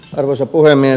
arvoisa puhemies